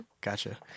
gotcha